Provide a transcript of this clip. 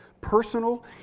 personal